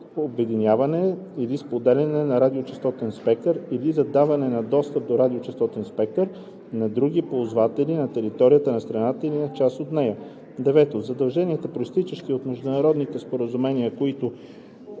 обединяване или споделяне на радиочестотен спектър, или за даване на достъп до радиочестотния спектър на други ползватели на територията на страната или на част от нея; 9. задължения, произтичащи от международни споразумения, които